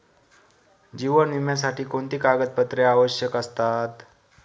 जीवन विम्यासाठी कोणती कागदपत्रे आवश्यक असतात?